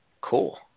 Cool